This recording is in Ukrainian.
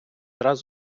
раз